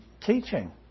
teaching